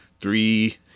three